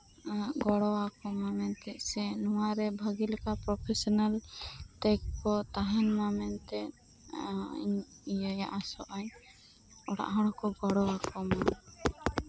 ᱜᱚᱲᱚᱣᱟᱠᱩᱢᱟ ᱢᱮᱱᱠᱮᱫ ᱥᱮ ᱱᱚᱣᱟ ᱨᱮ ᱵᱷᱟᱜᱤᱞᱮᱠᱟ ᱯᱨᱚᱯᱷᱮᱥᱚᱱᱟᱞ ᱛᱮᱠᱩ ᱛᱟᱦᱮᱱ ᱢᱟ ᱢᱮᱱᱛᱮ ᱤᱧ ᱤᱭᱟᱹᱭᱟ ᱟᱥᱳᱜ ᱟᱹᱧᱚᱲᱟᱜ ᱦᱚᱲ ᱦᱚᱠᱚ ᱜᱚᱲᱚ ᱟᱠᱩᱢᱟ